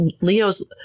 Leo's